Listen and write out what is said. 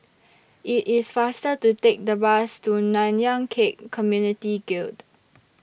IT IS faster to Take The Bus to Nanyang Khek Community Guild